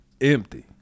empty